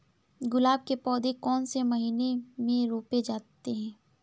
गुलाब के पौधे कौन से महीने में रोपे जाते हैं?